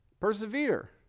persevere